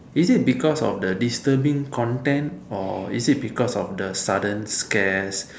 is it because of the disturbing Content or is it because of the sudden scares